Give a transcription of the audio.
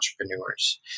entrepreneurs